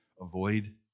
avoid